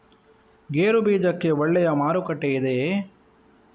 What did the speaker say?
ಗೇರು ಬೀಜಕ್ಕೆ ಒಳ್ಳೆಯ ಮಾರುಕಟ್ಟೆ ಇದೆಯೇ?